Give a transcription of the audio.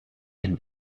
can